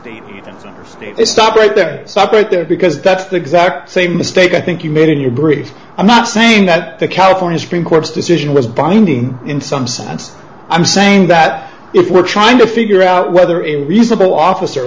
just stop right there stop it there because that's the exact same mistake i think you made in your bridge i'm not saying that the california supreme court's decision was binding in some sense i'm saying that if we're trying to figure out whether in reasonable officer